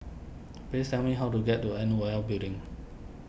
please tell me how to get to N O L Building